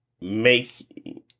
make